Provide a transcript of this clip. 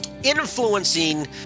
influencing